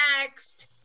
next